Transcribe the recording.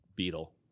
beetle